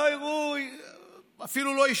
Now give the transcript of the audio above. לא יראו,